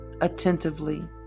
attentively